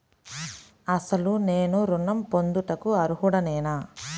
అసలు నేను ఋణం పొందుటకు అర్హుడనేన?